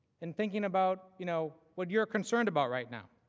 and thinking about, you know, what you are concerned about right now.